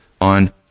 on